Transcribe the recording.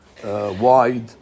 Wide